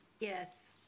Yes